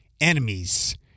enemies